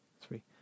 three